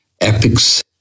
epics